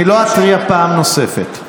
אני לא אתריע פעם נוספת.